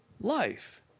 life